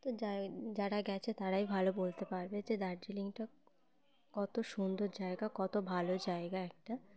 তো যা যারা গেছে তারাই ভালো বলতে পারবে যে দার্জিলিংটা কত সুন্দর জায়গা কত ভালো জায়গা একটা